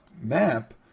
map